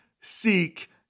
seek